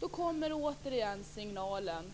Då kommer återigen signalen